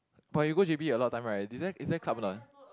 but you go j_b a lot of time right is there is there club or not